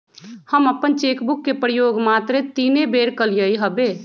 हम अप्पन cheque book के प्रयोग मातरे तीने बेर कलियइ हबे